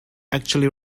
actually